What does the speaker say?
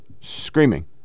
screaming